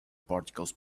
particles